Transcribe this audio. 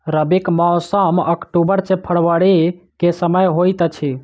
रबीक मौसम अक्टूबर सँ फरबरी क समय होइत अछि